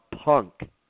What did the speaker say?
punk